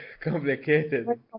complicated